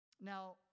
Now